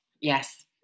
Yes